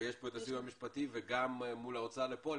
ויש פה את הסיוע המשפטי, וגם מול ההוצאה לפועל.